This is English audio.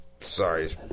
sorry